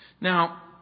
Now